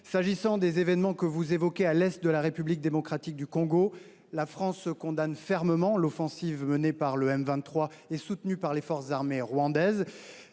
viens aux événements survenus dans l’est de la République démocratique du Congo : la France condamne fermement l’offensive menée par le M23 et soutenue par les forces armées rwandaises,